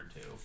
two